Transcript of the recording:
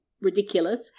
ridiculous